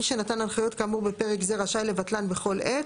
מי שנתן הנחיות כאמור בפרק זה רשאי לבטל כל עת,